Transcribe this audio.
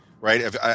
right